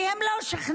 היא כי הם לא שכנעו.